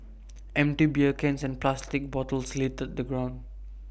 empty beer cans and plastic bottles littered the ground